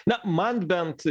na man bent